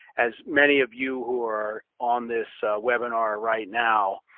as many of you who are on this webinar right now.